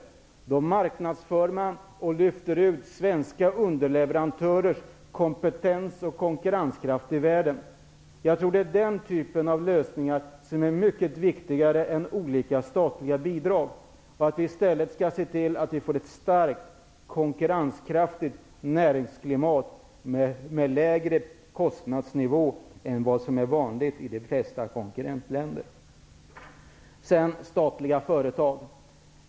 Då marknadsför man svenska underleverantörers kompetens och lyfter ut deras konkurrenskraft i världen. Jag tror att den typen av lösningar är mycket viktigare än olika statliga bidrag. Jag tror att vi i stället skall se till att vi får ett starkt och konkurrenskraftigt näringsklimat med lägre kostnadsnivå än vad som är vanligt i de flesta konkurrentländer. Så till statliga företag.